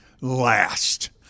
last